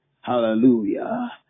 Hallelujah